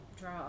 draw